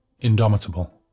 Indomitable